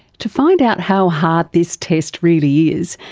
to find out how hard this test really is,